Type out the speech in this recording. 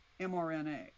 mRNA